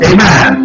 Amen